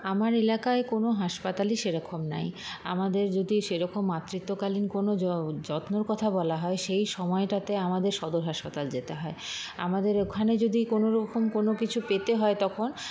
আমার এলাকায় কোনো হাসপাতালই সেরকম নাই আমাদের যদি সেরকম মাতৃত্বকালীন কোনো যত্নের কথা বলা হয় সেই সময়টাতে আমাদের সদর হাসপাতাল যেতে হয় আমাদের ওখানে যদি কোনোরকম কোনো কিছু পেতে হয় তখন